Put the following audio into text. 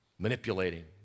Manipulating